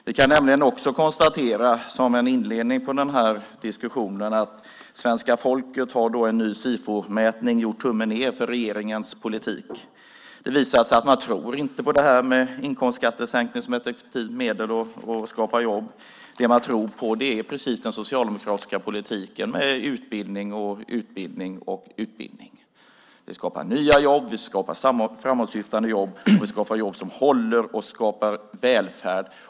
Vi kan också, som en inledning på den här diskussionen, konstatera att svenska folket i en ny Sifomätning har gjort tummen ned för regeringens politik. Det visar sig att man inte tror på inkomstskattesänkning som ett effektivt medel för att skapa jobb. Det man tror på är just den socialdemokratiska politiken med utbildning, utbildning och utbildning. Det skapar nya jobb. Det skapar framåtsyftande jobb. Det skapar jobb som håller. Det skapar välfärd.